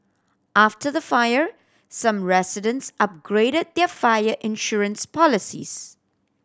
after the fire some residents upgraded their fire insurance policies